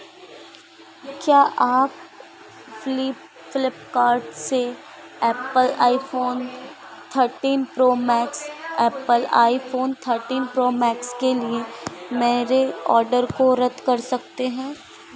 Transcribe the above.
क्या आप flip Flipkart से Apple iPhone thirteen Pro Max Apple iPhone thirteen Pro Max के लिए मेरे ऑर्डर को रद्द कर सकते हैं